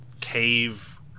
cave